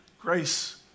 Grace